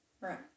Right